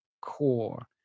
core